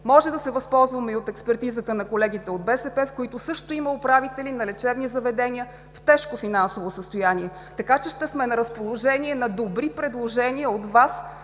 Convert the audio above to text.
Може да се възползваме и от експертизата на колегите от БСП, в която също има управители на лечебни заведения в тежко финансово състояние. Така че ще сме на разположение на добри предложения от Вас